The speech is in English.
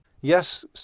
Yes